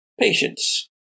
Patience